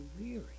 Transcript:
weary